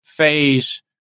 phase